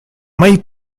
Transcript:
mai